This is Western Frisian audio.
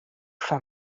foar